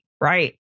right